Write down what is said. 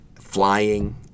flying